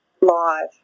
live